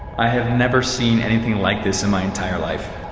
i have never seen anything like this in my entire life.